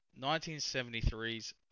1973's